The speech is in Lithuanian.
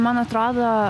man atrodo